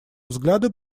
взгляды